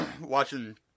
watching